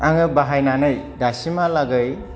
आङो बाहायनानै दासिमहालागै